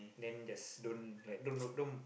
then just don't don't don't